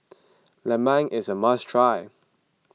Lemang is a must try